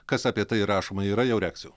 kas apie tai rašoma yra jau reakcijų